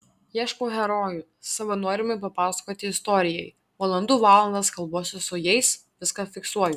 ieškau herojų savo norimai papasakoti istorijai valandų valandas kalbuosi su jais viską fiksuoju